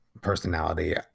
personality